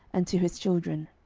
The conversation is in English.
and to his children.